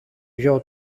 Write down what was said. γιο